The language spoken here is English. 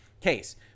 case